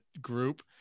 group